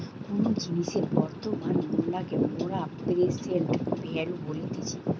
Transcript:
কোনো জিনিসের বর্তমান মূল্যকে মোরা প্রেসেন্ট ভ্যালু বলতেছি